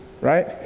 right